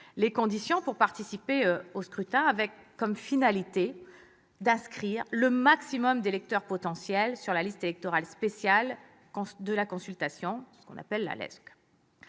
les conditions pour participer au scrutin, avec comme finalité d'inscrire le maximum d'électeurs potentiels sur la liste électorale spéciale pour la consultation, la LESC.